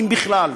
אם בכלל.